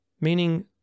Meaning